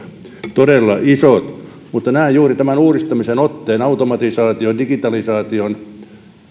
todella isot mutta näen juuri tämän uudistamisen otteen automatisaation digitalisaation ja